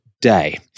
day